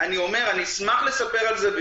אשמח לספר על זה.